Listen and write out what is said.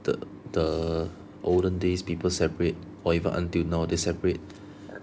the the olden days people separate or even until now they separate